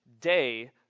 day